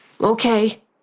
Okay